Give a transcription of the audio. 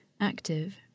active